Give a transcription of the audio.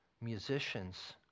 musicians